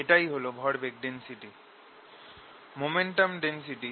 এটাই হল ভরবেগ ডেন্সিটি